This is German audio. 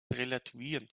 relativieren